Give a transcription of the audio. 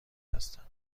هستم